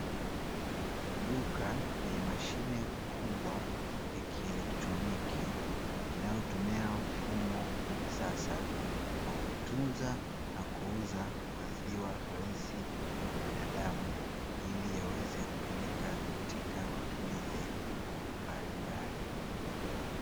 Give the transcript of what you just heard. Duka lenye mashine kubwa ya kielektroniki, inayotumia mfumo wa kisasa wa kutunza na kuuza maziwa halisi kwa binadamu, ili yaweze kutumika katika matumizi mbalimbali.